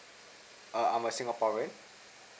err I'm a singaporean